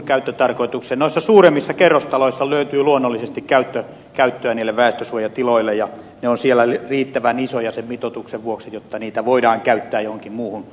noissa suuremmissa kerrostaloissa löytyy luonnollisesti käyttöä niille väestönsuojatiloille ja ne ovat siellä riittävän isoja sen mitoituksen vuoksi jotta niitä voidaan käyttää johonkin muuhun käyttöön